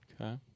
Okay